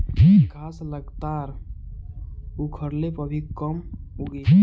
घास लगातार उखड़ले पर भी कम उगी